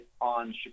on